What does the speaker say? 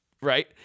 right